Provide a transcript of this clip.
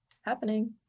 happening